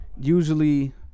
usually